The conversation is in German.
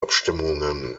abstimmungen